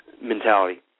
mentality